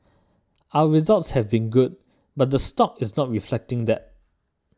our results have been good but the stock is not reflecting that